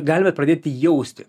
galime pradėti jausti